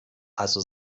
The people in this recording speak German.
also